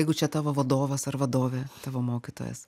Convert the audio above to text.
jeigu čia tavo vadovas ar vadovė tavo mokytojas